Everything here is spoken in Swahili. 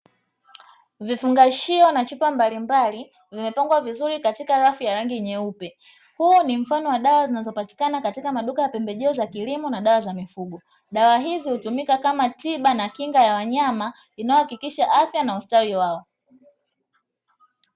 Vifungashio na chupa mbalimbali, vimepangwa vizuri katika rafu yenye rangi nyeupe. Huu ni mfano wa dawa zinazopatikana katika maduka ya pembejeo za kilimo na dawa za mifugo. Dawa hizi hutumika kama tiba na kinga ya wanyama, inayohakikisha afya na ustawi wao.